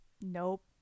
nope